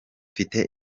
mfite